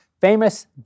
famous